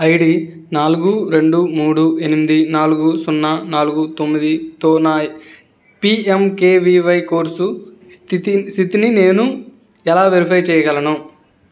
ID నాలుగు రెండు మూడు ఎనిమిది నాలుగు సున్నా నాలుగు తొమ్మిదితో నా పిఎమ్కెవివై కోర్సు స్థితి స్థితిని నేను ఎలా వెరిఫై చేయగలను